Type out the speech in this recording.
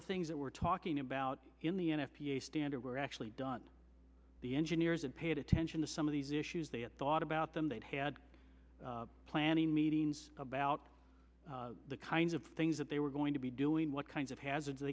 the things that we're talking about in the n f p a standard were actually done the engineers had paid attention to some of these issues they had thought about them they'd have had planning meetings about the kinds of things that they were going to be doing what kinds of hazard